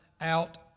out